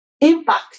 impact